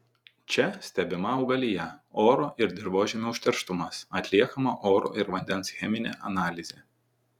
čia stebima augalija oro ir dirvožemio užterštumas atliekama oro ir vandens cheminė analizė